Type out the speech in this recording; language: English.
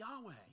Yahweh